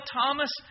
Thomas